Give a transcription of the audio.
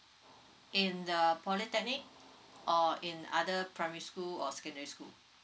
in the polytechnic or in other primary school or secondary school